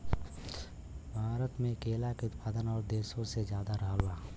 भारत मे केला के उत्पादन और देशो से ज्यादा रहल बा